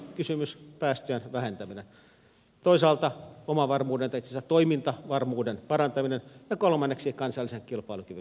on ilmastokysymys päästöjen vähentäminen toisaalta toimintavarmuuden parantaminen ja kolmanneksi kansainvälisen kilpailukyvyn kehittäminen